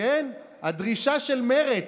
הדרישה של מרצ,